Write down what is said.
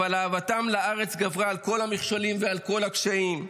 אבל אהבתם לארץ גברה על כל המכשולים ועל כל הקשיים.